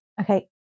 Okay